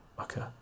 okay